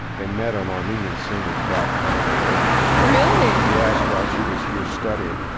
they met on armeniansingles dot com or whatever it's called really? yes, while she was here studying,